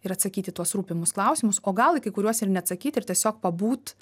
ir atsakyt į tuos rūpimus klausimus o gal į kai kuriuos ir neatsakyt ir tiesiog pabūt